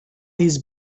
his